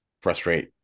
frustrate